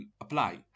apply